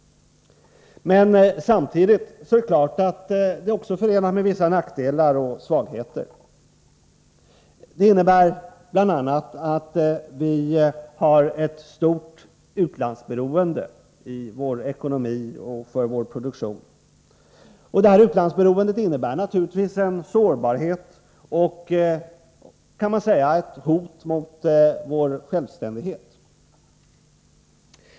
Men samtidigt är det klart att det också är förenat med vissa nackdelar och svagheter. Det innebär bl.a. att vi har ett stort utlandsberoende i vår ekonomi och för vår produktion. Detta utlandsberoende innebär naturligtvis en sårbarhet och, kan man säga, ett hot mot vår självständighet.